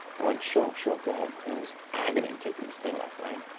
i went, sure, sure. go ahead. and it was agony taking this thing off, right?